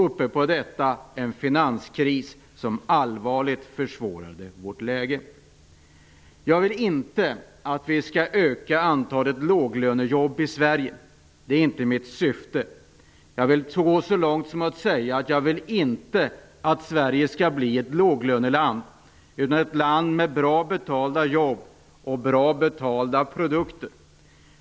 Uppe på detta hade vi en finanskris som allvarligt försvårade vårt läge. Jag vill inte att vi skall öka antalet låglönejobb i Sverige. Det är inte mitt syfte. Jag vill gå så långt som att säga att jag inte vill att Sverige skall bli ett låglöneland utan ett land med bra betalda jobb och bra betalda produkter.